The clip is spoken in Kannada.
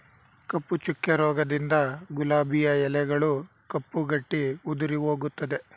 ಕಪ್ಪು ಚುಕ್ಕೆ ರೋಗದಿಂದ ಗುಲಾಬಿಯ ಎಲೆಗಳು ಕಪ್ಪು ಗಟ್ಟಿ ಉದುರಿಹೋಗುತ್ತದೆ